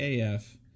AF